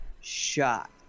shot